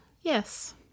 Yes